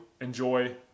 enjoy